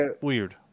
weird